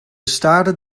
staarde